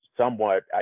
somewhat